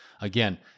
again